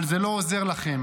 אבל זה לא עוזר לכם.